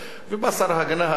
ובא שר ההגנה האמריקני,